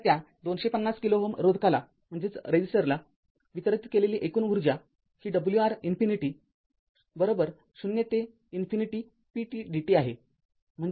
तर त्या 250 किलो Ω रोधकाला वितरित केलेली एकूण ऊर्जा ही wR ० ते इन्फिनिटी p t dt आहे